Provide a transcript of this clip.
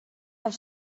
have